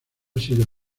sido